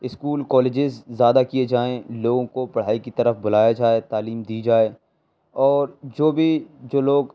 school colleges زیادہ کیے جائیں لوگوں کو پڑھائی کی طرف بلایا جائے تعلیم دی جائے اور جو بھی جو لوگ